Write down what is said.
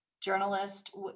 journalist